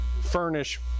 furnish